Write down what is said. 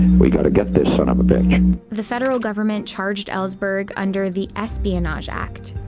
we got to get this son of a bitch. the federal government charged ellsberg under the espionage act,